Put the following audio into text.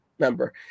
member